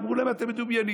אמרו לנו: אתם מדמיינים.